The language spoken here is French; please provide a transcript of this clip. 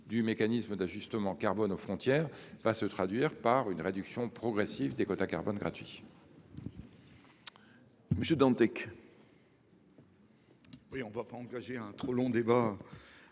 du mécanisme d’ajustement carbone aux frontières se traduira par une réduction progressive des quotas de carbone gratuits.